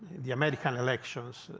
the american elections,